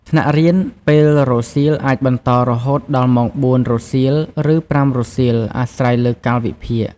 ថ្នាក់រៀនពេលរសៀលអាចបន្តរហូតដល់ម៉ោង ៤ រសៀល ឬ ៥ រសៀល អាស្រ័យលើកាលវិភាគ។